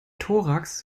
thorax